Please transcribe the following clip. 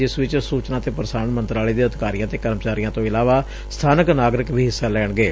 ਜਿਸ ਵਿਚ ਸੁਚਨਾ ਤੇ ਪ੍ਸਾਰਣ ਮੰਤਰਾਲੇ ਦੇ ਅਧਿਕਾਰੀਆਂ ਤੇ ਕਰਮਚਾਰੀਆਂ ਤੋਂ ਇਲਾਵਾ ਸਬਾਨਕ ਨਾਗਰਿਕ ਵੀ ਹਿੱਸਾ ਲੈਣਗੇ